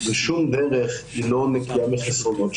ושום דרך לא נקייה מחסרונות,